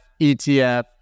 ETF